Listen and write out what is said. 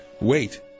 Wait